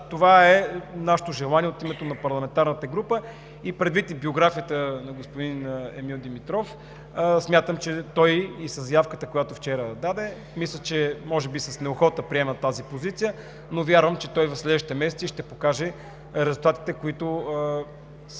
Това е нашето желание от името на парламентарната група. Предвид биографията на господин Емил Димитров смятам, че той – и със заявката, която вчера даде, мисля, че с неохота приема тази позиция, но вярвам, че той в следващите месеци ще покаже резултатите, които са